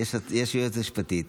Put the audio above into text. יש יועצת משפטית.